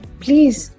please